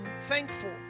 thankful